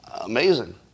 Amazing